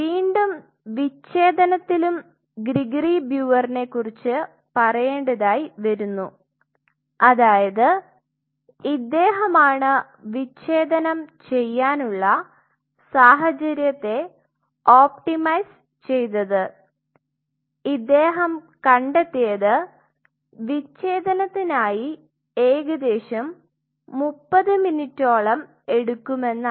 വീണ്ടും വിച്ഛേദത്തിലും ഗ്രിഗറി ബ്രെവെർനെ കുറിച് പറയേണ്ടതായി വരുന്നു അതായത് ഇദ്ദേഹമാണ് വിച്ഛേദനം ചെയ്യാനുള്ള സാഹചര്യത്തെ ഒപ്ടിമൈസ് ചെയ്തത് ഇദ്ദേഹം കണ്ടെത്തിയത് വിച്ഛേദനത്തിനായി ഏകദേശം 30 മിനിറ്റോളം എടുക്കുമെന്നാണ്